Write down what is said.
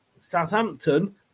Southampton